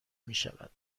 میشود